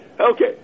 Okay